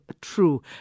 true